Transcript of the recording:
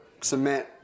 cement